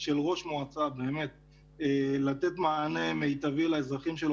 של ראש מועצה לתת מענה מיטבי לאזרחים שלו